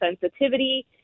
sensitivity